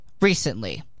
recently